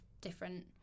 different